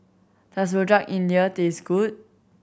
does Rojak India taste good